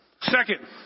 Second